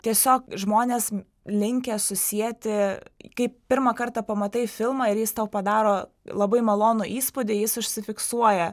tiesiog žmonės linkę susieti kai pirmą kartą pamatai filmą ir jis tau padaro labai malonų įspūdį jis užsifiksuoja